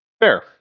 Fair